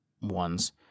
ones